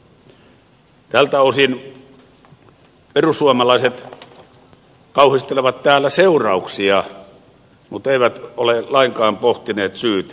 tältä osin perussuomalaiset kauhistelevat täällä seurauksia mutta eivät ole lainkaan pohtineet syytä